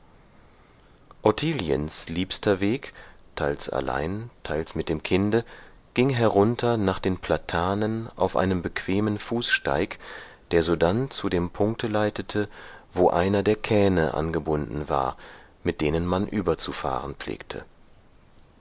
ottiliens liebster weg teils allein teils mit dem kinde ging herunter nach den platanen auf einem bequemen fußsteig der sodann zu dem punkte leitete wo einer der kähne angebunden war mit denen man überzufahren pflegte